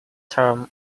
term